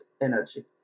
energy